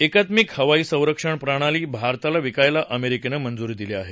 एकात्मिक हवाई संरक्षण प्रणाली भारताला विकायला अमेरिकेनं मंजुरी दिली आहे